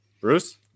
Bruce